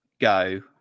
go